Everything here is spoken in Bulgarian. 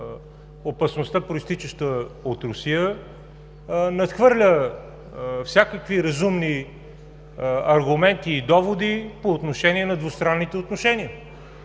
опасността, произтичаща от Русия надхвърля всякакви разумни аргументи и доводи по отношение на двустранните отношения.